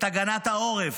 את הגנת העורף,